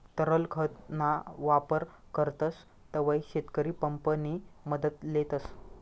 तरल खत ना वापर करतस तव्हय शेतकरी पंप नि मदत लेतस